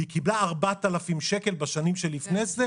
והיא קיבלה 4,000 שקל בשנים שלפני זה,